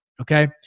Okay